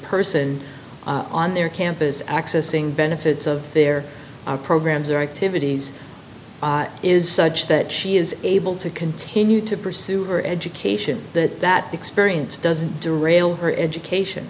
person on their campus accessing benefits of their programs or activities is such that she is able to continue to pursue her education that that experience doesn't do a rail or education